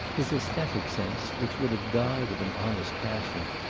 his aesthetic sense, which would have died of an honest passion,